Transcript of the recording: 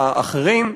האחרים.